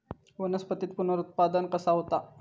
वनस्पतीत पुनरुत्पादन कसा होता?